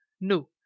No